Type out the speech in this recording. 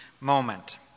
moment